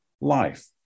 life